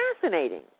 fascinating